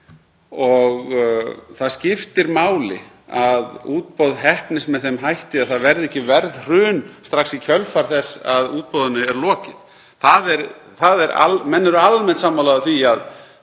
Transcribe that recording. og það skiptir máli að útboð heppnist með þeim hætti að ekki verði verðhrun strax í kjölfar þess að útboðinu er lokið. Menn eru almennt sammála um að